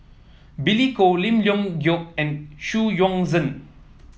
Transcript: Billy Koh Lim Leong Geok and Xu Yuan Zhen